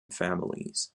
families